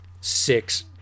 six